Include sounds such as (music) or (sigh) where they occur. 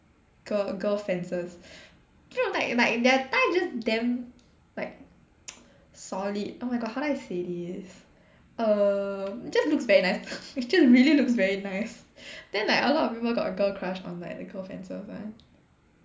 gir~ girl fencers like like their thighs just damn like (noise) solid oh my god how do I say this um it just looks very nice it just really looks very nice then like a lot of people got a girl crush on like the girl fencers [one]